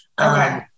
Okay